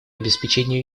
обеспечению